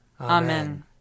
Amen